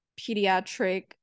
pediatric